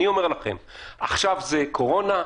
אני אומר לכם עכשיו זה קורונה,